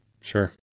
Sure